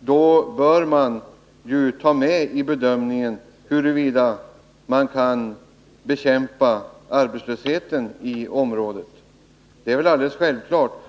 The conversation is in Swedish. bör man också väga in huruvida man kan bekämpa arbetslösheten i området. Det är väl alldeles självklart.